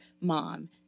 mom